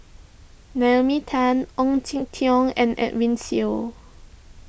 Naomi Tan Ong Jin Teong and Edwin Siew